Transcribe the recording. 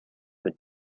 with